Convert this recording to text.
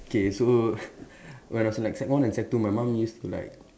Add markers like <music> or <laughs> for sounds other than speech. okay so <laughs> when I was in like sec one and sec two my mom used to like